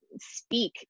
speak